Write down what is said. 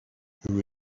who